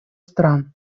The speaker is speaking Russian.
стран